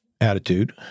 attitude